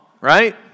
right